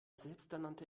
selbsternannte